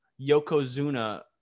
Yokozuna